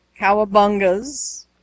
Cowabungas